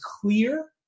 clear